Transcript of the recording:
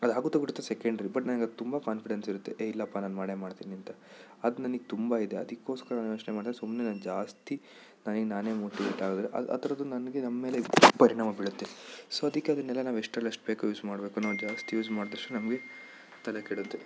ಅದು ಆಗುತ್ತೊ ಬಿಡುತ್ತೊ ಸೆಕೆಂಡ್ರಿ ಬಟ್ ನನ್ಗೆ ಅದು ತುಂಬ ಕಾನ್ಫಿಡೆನ್ಸ್ ಇರುತ್ತೆ ಏ ಇಲ್ಲಪ್ಪ ನಾನು ಮಾಡೇ ಮಾಡ್ತೀನಂತ ಅದು ನನಗೆ ತುಂಬ ಇದೆ ಅದಕ್ಕೋಸ್ಕರ ನ ಯೋಚನೆ ಮಾಡಿದೆ ಸುಮ್ಮನೆ ನಾನು ಜಾಸ್ತಿ ನನಗೆ ನಾನೇ ಮೋಟಿವೇಟಾದ್ರೆ ಅದು ಆ ಥರದ್ದು ನನಗೆ ನಮ್ಮ ಮೇಲೆ ಪರಿಣಾಮ ಬೀಳುತ್ತೆ ಸೊ ಅದಕ್ಕೆ ಅದನ್ನೆಲ್ಲ ನಾವು ಎಷ್ಟರಲ್ಲಷ್ಟು ಬೇಕೊ ಯೂಸ್ ಮಾಡಬೇಕು ನಾವು ಜಾಸ್ತಿ ಯೂಸ್ ಮಾಡಿದಷ್ಟು ನಮಗೆ ತಲೆ ಕೆಡುತ್ತೆ